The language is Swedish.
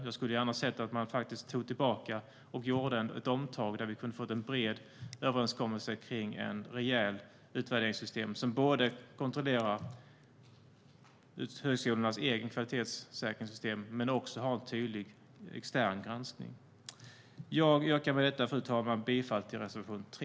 Jag hade gärna sett att man tog tillbaka och gjorde ett omtag så att vi hade kunnat få en bred överenskommelse om ett rejält utvärderingssystem som både kontrollerar högskolornas egna kvalitetssäkringssystem och har en tydlig extern granskning. Med detta, fru talman, yrkar jag bifall till reservation 3.